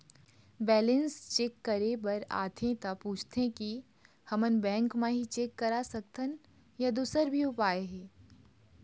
Balance check करे बर आथे ता पूछथें की हमन बैंक मा ही चेक करा सकथन या दुसर भी उपाय हे?